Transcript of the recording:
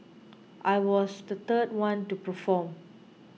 I was the third one to perform